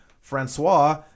Francois